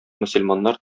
мөселманнар